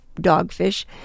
dogfish